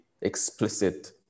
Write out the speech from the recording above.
explicit